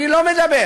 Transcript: אני לא מדבר